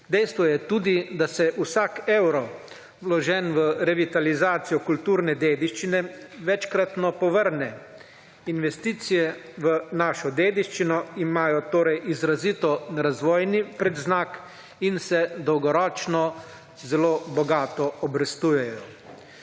Dejstvo je tudi, da se vsak evro, vložen v revitalizacijo kulturne dediščine, večkrat povrne. Investicije v našo dediščino imajo torej izrazito razvojni predznak in se dolgoročno zelo bogato obrestujejo.